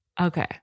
Okay